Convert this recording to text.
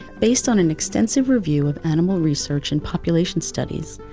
based on an extensive review of animal research and population studies,